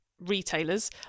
retailers